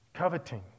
Coveting